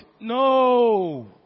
No